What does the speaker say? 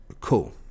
cool